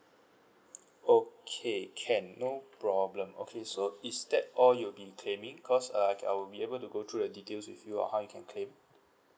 okay can no problem okay so is that all you'll be claiming because uh I will be able to go through the details with you on how you can claim